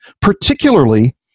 particularly